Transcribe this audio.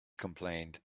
complained